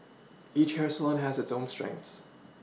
each hair salon has its own strengths